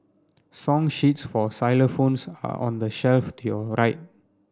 song sheets for xylophones are on the shelf to your right